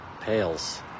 Pails